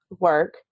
work